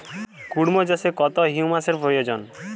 কুড়মো চাষে কত হিউমাসের প্রয়োজন?